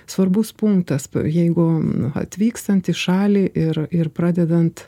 svarbus punktas jeigu atvykstant į šalį ir ir pradedant